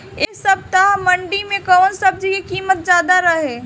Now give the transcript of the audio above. एह सप्ताह मंडी में कउन सब्जी के कीमत ज्यादा रहे?